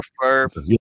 prefer